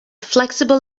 flexible